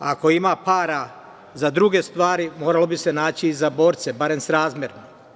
Ako ima para za druge stvari moralo bi se naći i za borce, barem srazmerno.